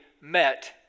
met